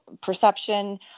perception